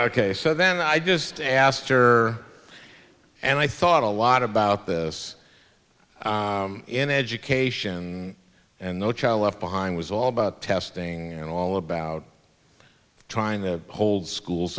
and then i just asked her and i thought a lot about this in education and no child left behind was all about testing and all about trying to hold schools